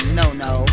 no-no